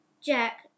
Jack